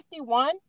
51